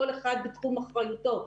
כל אחד בתחום אחריותו.